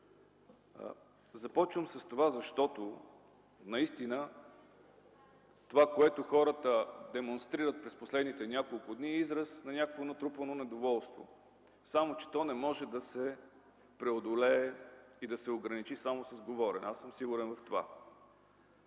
Започвам с това, защото това, което хората демонстрират през последните няколко дни, е израз на някакво натрупано недоволство, но то не може да се преодолее и да се ограничи само с говорене, аз съм сигурен в това.